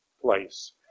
place